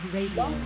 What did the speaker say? Radio